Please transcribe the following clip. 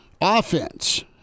offense